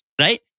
right